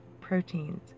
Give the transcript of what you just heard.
proteins